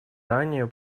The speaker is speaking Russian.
ранее